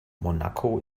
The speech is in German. monaco